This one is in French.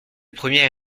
premier